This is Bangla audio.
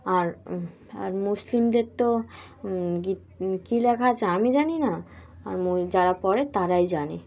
আর আর মুসলিমদের তো কী লেখা আছে আমি জানি না আর যারা পড়ে তারাই জানে